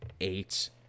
eight